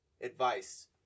advice